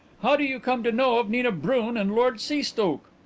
how do you come to know of nina brun and lord seastoke?